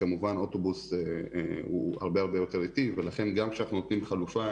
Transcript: כמובן אוטובוס הרבה יותר איטי ולכן גם כשאנחנו נותנים חלופה,